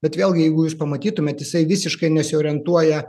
bet vėlgi jeigu jūs pamatytumėt jisai visiškai nesiorientuoja